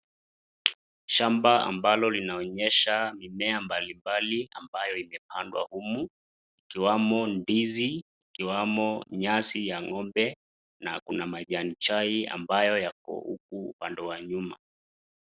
Shamba ambalo linaonyesha mimea mbali mbali ambayo imepandwa humu . Ikiwamo ndizi, ikiwamo nyasi ya ngombe na kuna majani chai ambayo yako huku upande wa nyuma.